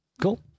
Cool